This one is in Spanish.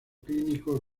clínico